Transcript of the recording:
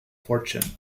fortune